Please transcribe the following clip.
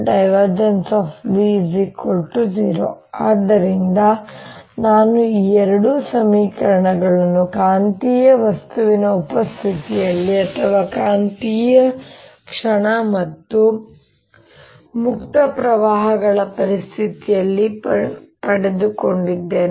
B0 ಆದ್ದರಿಂದ ನಾನು ಈ ಎರಡು ಸಮೀಕರಣಗಳನ್ನು ಕಾಂತೀಯ ವಸ್ತುವಿನ ಉಪಸ್ಥಿತಿಯಲ್ಲಿ ಅಥವಾ ಕಾಂತೀಯ ಕ್ಷಣ ಮತ್ತು ಮುಕ್ತ ಪ್ರವಾಹಗಳ ಉಪಸ್ಥಿತಿಯಲ್ಲಿ ಪಡೆದುಕೊಂಡಿದ್ದೇನೆ